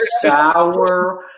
Sour